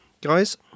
guys